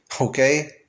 okay